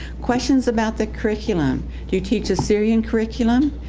questions about the curriculum. do you teach a syrian curriculum?